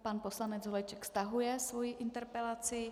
Pan poslanec Holeček stahuje svoji interpelaci.